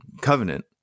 Covenant